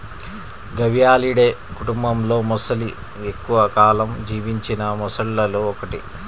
గవియాలిడే కుటుంబంలోమొసలి ఎక్కువ కాలం జీవించిన మొసళ్లలో ఒకటి